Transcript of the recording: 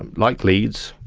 um like leads,